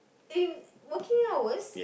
in working hours